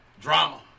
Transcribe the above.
Drama